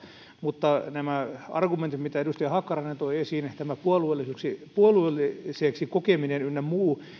mutta nämä argumentit mitä edustaja hakkarainen toi esiin tämä puolueelliseksi puolueelliseksi kokeminen ynnä muu